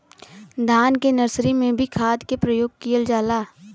धान के नर्सरी में भी खाद के प्रयोग कइल जाला?